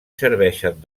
serveixen